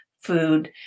food